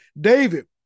David